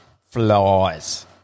Flies